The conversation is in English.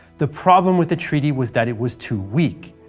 the problem with the treaty was that it was too weak.